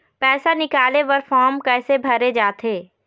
पैसा निकाले बर फार्म कैसे भरे जाथे?